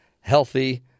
healthy